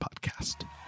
podcast